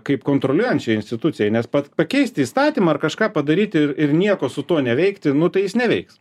kaip kontroliuojančiai institucijai nes pat pakeisti įstatymą ar kažką padaryti ir nieko su tuo neveikti nu tai jis neveiks